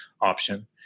option